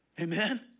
Amen